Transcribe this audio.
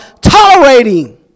tolerating